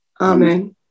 Amen